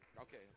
Okay